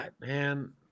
man